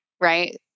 right